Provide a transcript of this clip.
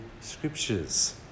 scriptures